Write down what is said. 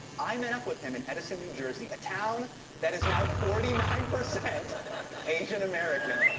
i met up with him in edison, new jersey a town that is now forty nine percent asian american.